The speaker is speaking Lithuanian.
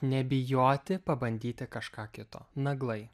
nebijoti pabandyti kažką kito naglai